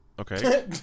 Okay